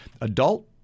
adult